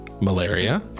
Malaria